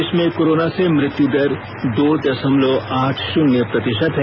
देश में कोर्राना से मृत्यु दर दो दशमलव आठ शून्य प्रतिशत है